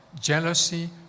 jealousy